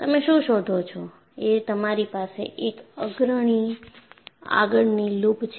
તમે શું શોધો છો એ તમારી પાસે એક અગ્રણી આગળની લૂપ છે